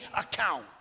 account